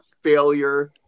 failure